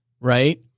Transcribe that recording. Right